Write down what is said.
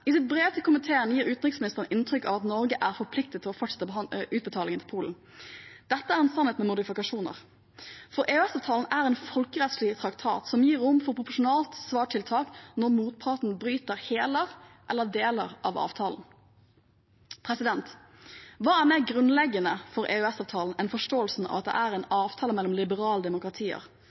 I sitt brev til komiteen gir utenriksministeren inntrykk av at Norge er forpliktet til å fortsette utbetalingene til Polen. Dette er en sannhet med modifikasjoner. EØS-avtalen er en folkerettslig traktat som gir rom for proporsjonale svartiltak når motparten bryter hele eller deler av avtalen. Hva er mer grunnleggende for EØS-avtalen enn forståelsen av at det er en avtale mellom liberale demokratier?